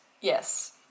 Yes